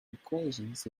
equations